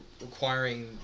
requiring